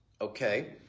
Okay